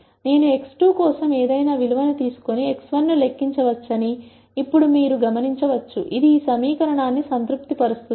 నేను x2 కోసం ఏదైనా విలువను తీసుకొని x1 ను లెక్కించవచ్చని ఇప్పుడు మీరు గమనించవచ్చు ఇది ఈ సమీకరణాన్ని సంతృప్తిపరుస్తుంది